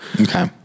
Okay